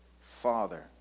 father